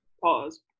Pause